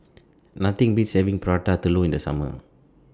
Nothing Beats having Prata Telur in The Summer